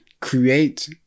create